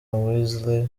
weasel